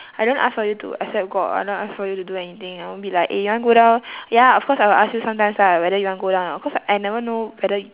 I don't ask for you to accept god I don't ask for you to do anything I won't be like eh you want go down ya of course I will ask you sometimes lah whether you want go down or not cause like I never know whether you